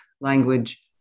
language